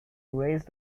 raised